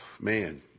man